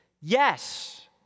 Yes